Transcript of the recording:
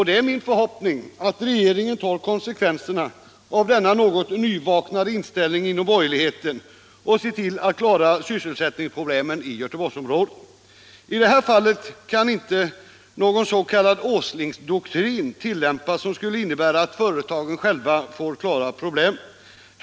Det är min förhoppning att regeringen tar konsekvenserna av denna något nyvaknade inställning inom borgerligheten och ser till att klara sysselsättningsproblemen i Göteborgsområdet. I det här fallet kan man inte tillämpa någon s.k. Åslingdoktrin, som skulle innebära att företagen själva får klara problemen.